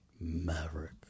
Maverick